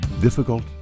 Difficult